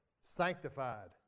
sanctified